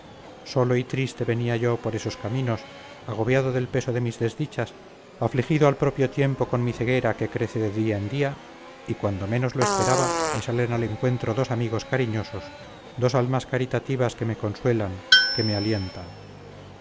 solo y triste venía yo por esos caminos agobiado del peso de mis desdichas afligido al propio tiempo por mi ceguera que crece de día en día y cuando menos lo esperaba me salen al encuentro dos amigos cariñosos dos almas caritativas que me consuelan que me alientan